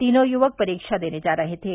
तीनों युवक परीक्षा देने जा रहे थे